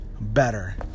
better